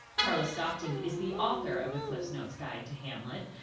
carla stockton is the author of the cliffsnotes guide to hamlet.